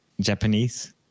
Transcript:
Japanese